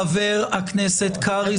חבר הכנסת קרעי.